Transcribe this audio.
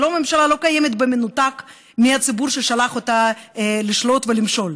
ממשלה לא קיימת במנותק מהציבור ששלח אותה לשלוט ולמשול.